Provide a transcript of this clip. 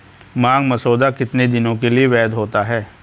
मांग मसौदा कितने दिनों के लिए वैध होता है?